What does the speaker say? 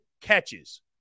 catches